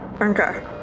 Okay